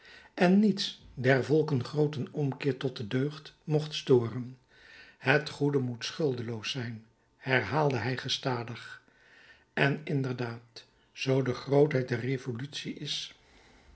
en niets der volken grooten ommekeer tot de deugd mocht storen het goede moet schuldeloos zijn herhaalde hij gestadig en inderdaad zoo de grootheid der revolutie is